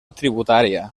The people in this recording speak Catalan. tributària